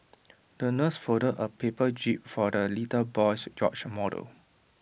the nurse folded A paper jib for the little boy's yacht model